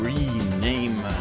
Rename